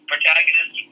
Protagonist